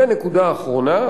ונקודה אחרונה,